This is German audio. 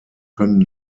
können